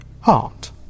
Heart